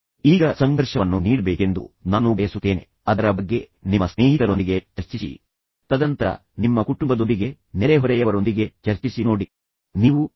ಅದಕ್ಕಾಗಿಯೇ ನೀವು ಈಗ ಸಂಘರ್ಷವನ್ನು ನೀಡಬೇಕೆಂದು ನಾನು ಬಯಸುತ್ತೇನೆ ಅದರ ಬಗ್ಗೆ ಯೋಚಿಸಿ ನಿಮ್ಮ ಸ್ನೇಹಿತರೊಂದಿಗೆ ಚರ್ಚಿಸಿ ತದನಂತರ ನಿಮ್ಮ ಕುಟುಂಬದೊಂದಿಗೆ ನಿಮ್ಮ ನೆರೆಹೊರೆಯವರೊಂದಿಗೆ ಸ್ನೇಹಿತರೊಂದಿಗೆ ಸಹೋದ್ಯೋಗಿಗಳೊಂದಿಗೆ ಚರ್ಚಿಸಿ ನಂತರ ನೋಡಿ